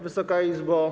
Wysoka Izbo!